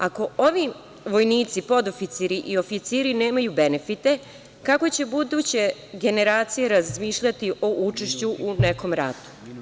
Ako ovi vojnici, podoficiri i oficiri, nemaju benefite, kako će buduće generacije razmišljati o učešću u nekom ratu?